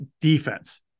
defense